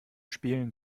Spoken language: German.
spielen